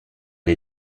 les